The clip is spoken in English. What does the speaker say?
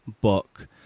book